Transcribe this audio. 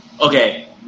Okay